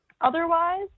otherwise